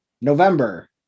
november